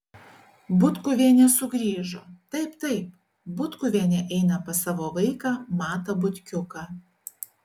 butkuvienė sugrįžo taip taip butkuvienė eina pas savo vaiką matą butkiuką